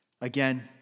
Again